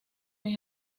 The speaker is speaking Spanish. mis